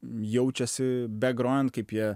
jaučiasi begrojant kaip jie